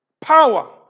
Power